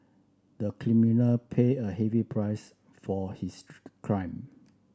the criminal paid a heavy price for his crime